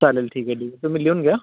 चालेल ठीक आहे ठीक आहे तुम्ही लिहून घ्या